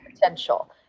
Potential